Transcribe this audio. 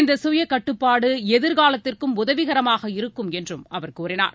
இந்த சுய கட்டுப்பாடு எதிர்காலத்திற்கும் உதவிகரமாக இருக்கும் என்றும் அவர் கூறினார்